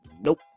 Nope